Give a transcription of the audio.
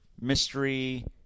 mystery